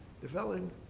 developing